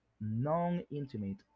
non-intimate